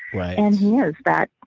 and he is that,